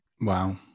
Wow